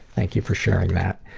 thank you for sharing that.